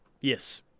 Yes